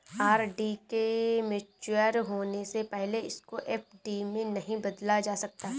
RD के mature होने से पहले इसको एफ.डी में नहीं बदला जा सकता